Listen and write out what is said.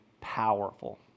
powerful